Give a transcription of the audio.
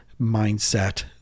mindset